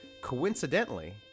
Coincidentally